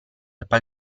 poter